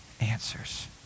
answers